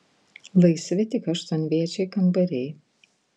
laisvi tik aštuonviečiai kambariai